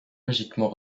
logiquement